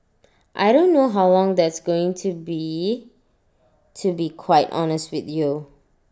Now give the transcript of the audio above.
I don't know how long that's going to be to be quite honest with you